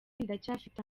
ndacyafite